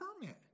permit